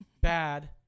bad